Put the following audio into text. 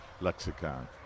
lexicon